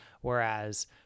whereas